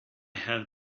have